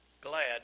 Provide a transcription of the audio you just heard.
glad